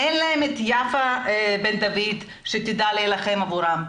אין להם את יפה בן דוד שתדע להילחם עבורם.